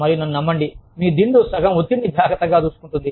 మరియు నన్ను నమ్మండి మీ దిండు సగం ఒత్తిడినీ జాగ్రత్తగా చూసుకుంటుంది